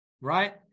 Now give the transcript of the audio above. right